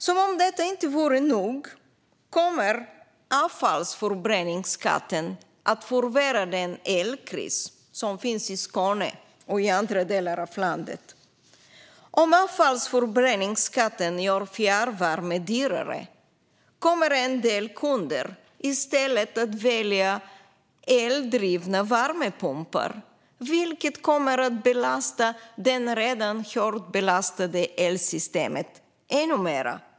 Som om detta inte var nog kommer avfallsförbränningsskatten att förvärra den elkris som finns i Skåne och andra delar av landet. Om avfallsförbränningsskatten gör fjärrvärme dyrare kommer en del kunder i stället att välja eldrivna värmepumpar, vilket kommer att belasta det redan högt belastade elsystemet ännu mer.